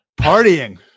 partying